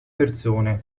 persone